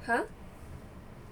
!huh!